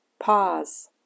pause